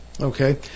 Okay